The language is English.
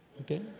okay